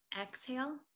exhale